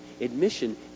Admission